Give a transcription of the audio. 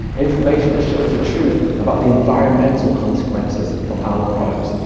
information that shows the truth about the environmental consequences of animal products,